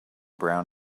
brown